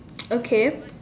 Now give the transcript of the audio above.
okay